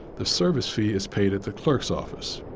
the service fee is paid at the clerk's office.